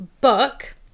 book